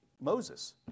Moses